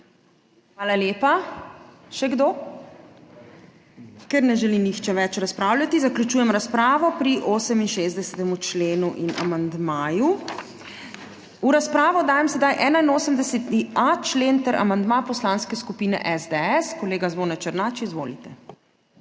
Hvala lepa. Še kdo? Ker ne želi nihče več razpravljati, zaključujem razpravo pri 68. členu in amandmaju. V razpravo dajem sedaj 81.a člen ter amandma Poslanske skupine SDS. Kolega Zvone Černač, izvolite.